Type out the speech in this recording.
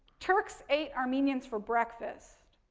turks ate armenians for breakfast,